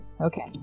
Okay